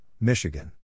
Michigan